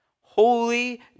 Holy